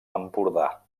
empordà